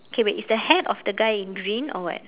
okay wait is the hat of the guy in green or what